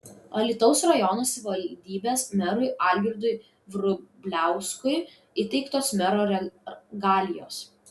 alytaus rajono savivaldybės merui algirdui vrubliauskui įteiktos mero regalijos